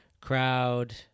crowd